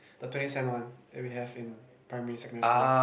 the twenty cent one that we have in primary secondary school